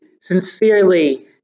sincerely